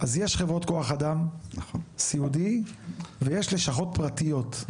יש חברות כוח אדם סיעודי ויש לשכות פרטיות.